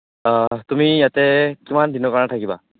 তুমি ইয়াতে কিমান দিনৰ কাৰণে থাকিবা